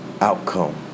outcome